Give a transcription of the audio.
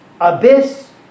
Abyss